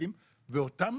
ואותם